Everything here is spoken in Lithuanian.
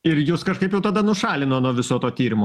ir jus kažkaip jau tada nušalino nuo viso to tyrimo